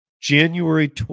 January